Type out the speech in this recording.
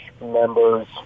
members